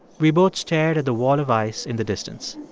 we both stared at the wall of ice in the distance.